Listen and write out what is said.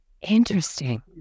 Interesting